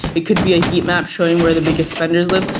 it could be a heat map frame where the biggest spenders live,